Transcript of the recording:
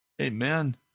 Amen